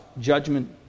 judgment